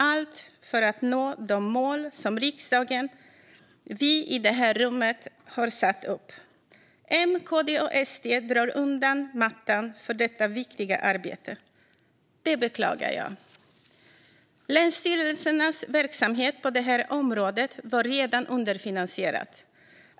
Allt detta ska ske för att de mål ska nås som riksdagen - vi i denna kammare - har satt upp. M, KD och SD drar undan mattan för detta viktiga arbete. Det beklagar jag. Länsstyrelsernas verksamhet på området var redan underfinansierad.